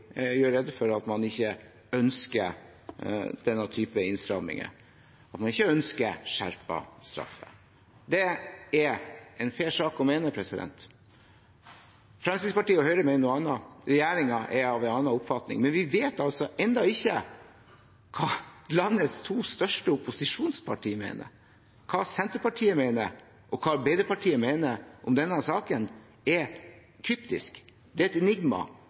tydelig gjør rede for at man ikke ønsker denne typen innstramninger, at man ikke ønsker skjerpede straffer. Det er en fair sak å mene. Fremskrittspartiet og Høyre mener noe annet. Regjeringen er av en annen oppfatning. Men vi vet altså ennå ikke hva landets to største opposisjonspartier mener. Hva Senterpartiet og Arbeiderpartiet mener i denne saken, er kryptisk, det er